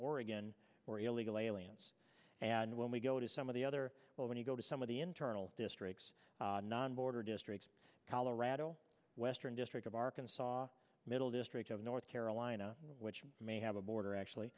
aliens and when we go to some of the other when you go to some of the internal districts non border districts colorado western district of arkansas middle district of north carolina which may have a border actually